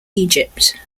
egypt